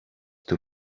two